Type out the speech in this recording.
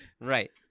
Right